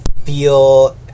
feel